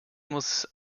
muss